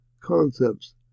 concepts